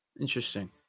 Interesting